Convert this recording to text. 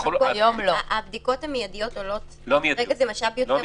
נכון להיום כל מי שרוצה להיבדק,